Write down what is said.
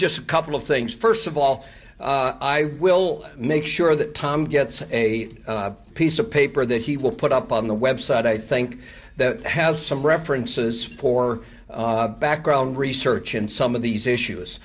just a couple of things first of all i will make sure that tom gets a piece of paper that he will put up on the website i think that has some references for background research in some of these issues